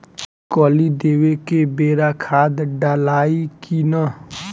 कली देवे के बेरा खाद डालाई कि न?